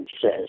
says